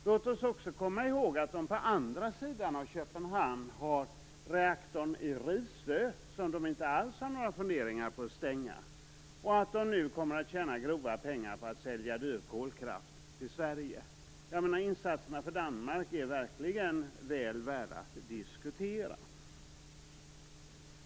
Låt oss också komma ihåg att danskarna på andra sidan av Köpenhamn har reaktorn i Risø, som de inte alls har några funderingar på att stänga, och att de nu kommer att tjäna grova pengar på att sälja dyr kolkraft till Sverige. Insatserna för Danmark är verkligen väl värda att diskutera.